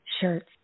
shirts